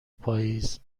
پاییز